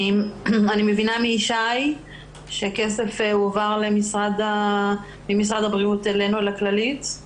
אני מבינה שכסף הועבר ממשרד הבריאות אלינו לכללית.